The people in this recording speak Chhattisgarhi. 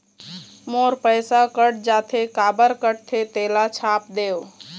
मोर पैसा कट जाथे काबर कटथे तेला छाप देव?